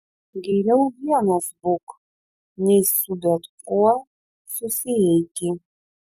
geriau vienas būk nei su bet kuo susieiki